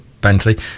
Bentley